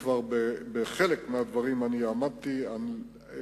בחלק מהדברים הקודמים כבר עמדתי על זה.